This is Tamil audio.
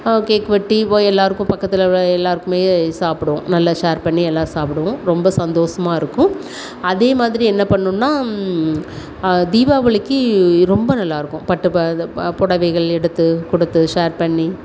கேக் வெட்டி போய் எல்லோருக்கும் பக்கத்தில் உள்ள எல்லோருக்குமே சாப்பிடுவோம் நல்ல ஷேர் பண்ணி எல்லாரும் சாப்பிடுவோம் ரொம்ப சந்தோஷமா இருக்கும் அதே மாதிரி என்ன பண்ணணும்னா தீபாவளிக்கு ரொம்ப நல்லா இருக்கும் பட்டு ப இந்த ப புடவைகள் எடுத்து கொடுத்து ஷேர் பண்ணி